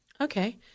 Okay